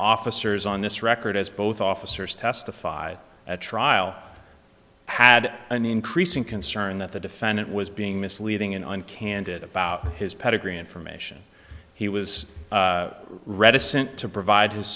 officers on this record as both officers testify at trial had an increasing concern that the defendant was being misleading and candid about his pedigree information he was reticent to provide his